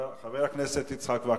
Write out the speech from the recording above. חבר הכנסת יצחק וקנין?